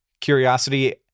curiosity